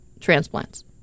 transplants